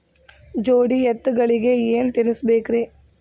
ಜೋಡಿ ಎತ್ತಗಳಿಗಿ ಏನ ತಿನಸಬೇಕ್ರಿ?